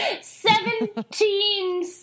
Seventeen